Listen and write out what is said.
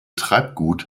treibgut